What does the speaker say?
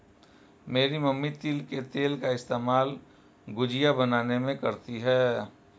मेरी मम्मी तिल के तेल का इस्तेमाल गुजिया बनाने में करती है